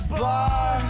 bar